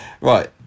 right